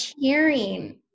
cheering